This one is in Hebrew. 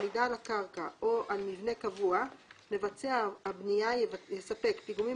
עמידה על הקרקע או על מבנה קבוע מבצע הבנייה יספק פיגומים